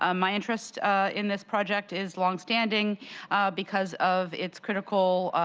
um my interest in this project is long-standing because of its critical